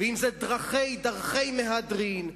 ואם דרכי-דרכי מהדרין,